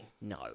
No